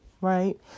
right